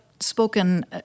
spoken